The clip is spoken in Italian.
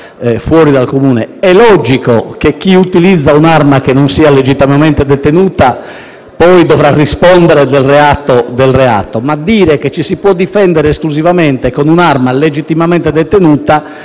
fuori luogo. È logico che chi utilizza un'arma non legittimamente detenuta poi dovrà rispondere del relativo reato. Dire però che ci si può difendere esclusivamente con un'arma legittimamente detenuta